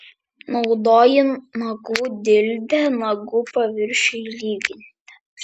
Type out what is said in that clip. naudoji nagų dildę nagų paviršiui lyginti